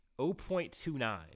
0.29